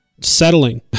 settling